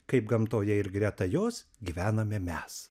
kaip gamtoje ir greta jos gyvename mes